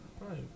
Right